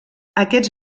aquests